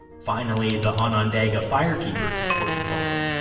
finally, the onondaga firekeepers were consulted.